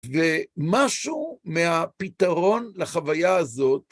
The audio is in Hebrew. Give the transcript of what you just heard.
ומשהו מהפתרון לחוויה הזאת